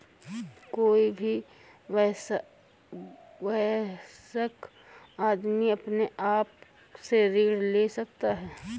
कोई भी वयस्क आदमी अपने आप से ऋण ले सकता है